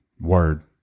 Word